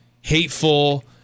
hateful